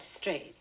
straight